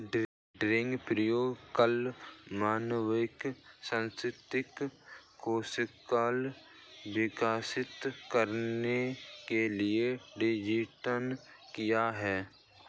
degree program कला, मानविकी, सांस्कृतिक कौशल विकसित करने के लिए डिज़ाइन किया है